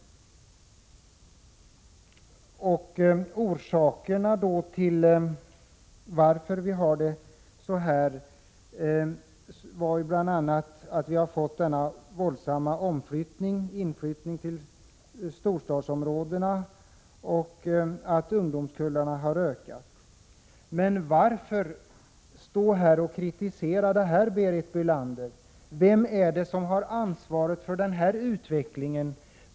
Orsakerna till att vi har det så här var bl.a. att vi har fått denna våldsamma inflyttning till storstadsområdena och att ungdomskullarna har ökat. Men varför stå här och kritisera detta, Berit Bölander? Vem är det som har ansvaret för den här utvecklingen?